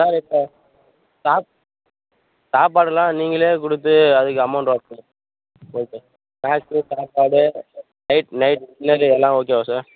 sir இப்போ சாப்பாடுலாம் நீங்களே கொடுத்து அதுக்கு அமௌண்ட் வ ஓகே ஸ்நாக்ஸு சாப்பாடு நைட் நைட் டின்னரு எல்லாம் ஓகேவா சார்